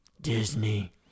Disney